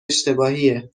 اشتباهیه